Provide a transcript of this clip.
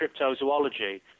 cryptozoology